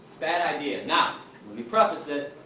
bad idea! now, let me preface this,